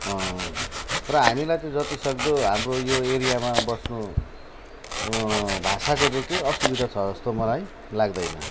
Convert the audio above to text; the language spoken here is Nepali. तर हामीलाई जतिसक्दो हाम्रो यो एरियामा बस्नु भाषाको चाहिँ केही असुविधा छ जस्तो मलाई लाग्दैन